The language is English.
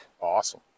Awesome